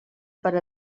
per